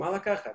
מה לקחת?